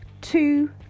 two